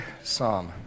Psalm